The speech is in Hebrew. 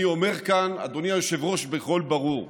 אני אומר כאן, אדוני היושב-ראש, בקול ברור: